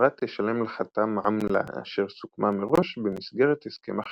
החברה תשלם לחתם עמלה אשר סוכמה מראש במסגרת הסכם החיתום.